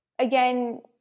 Again